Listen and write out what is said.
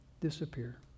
disappear